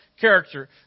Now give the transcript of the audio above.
character